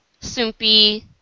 Sumpy